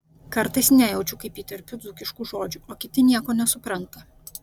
kartais nejaučiu kaip įterpiu dzūkiškų žodžių o kiti nieko nesupranta